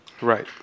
Right